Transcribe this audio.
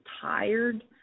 tired